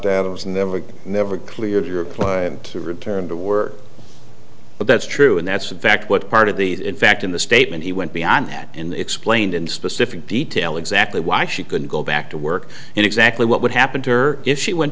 was never never clear your ploy to return to work but that's true and that's a fact what part of the fact in the statement he went beyond that and explained in specific detail exactly why she could go back to work and exactly what would happen to her if she went